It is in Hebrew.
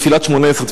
בתפילת שמונה-עשרה,